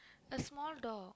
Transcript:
a small dog